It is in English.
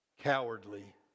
cowardly